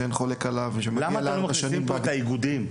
שאין חולק עליו --- למה אתם לא מחשיבים פה את האיגודים?